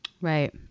Right